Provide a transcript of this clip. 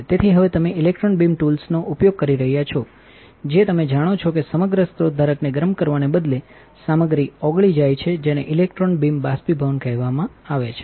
તેથી હવે તમે ઇલેક્ટ્રોન બીમ ટૂલ્સનો ઉપયોગ કરી રહ્યાં છો જે તમે જાણો છો કે સમગ્ર સ્રોત ધારકને ગરમ કરવાને બદલે સામગ્રી ઓગળી જાય છે જેને ઇલેક્ટ્રોન બીમ બાષ્પીભવન કહેવામાં આવે છે